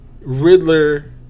Riddler